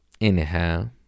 Anyhow